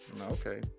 Okay